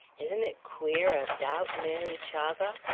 isn't it queer about mary chavah?